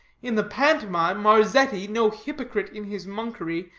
in the pantomime, marzetti, no hypocrite in his monkery,